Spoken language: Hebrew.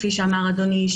כפי שאמר אדוני,